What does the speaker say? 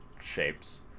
Shapes